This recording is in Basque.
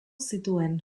zituen